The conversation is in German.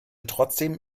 trotzdem